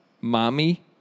Mommy